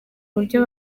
buryo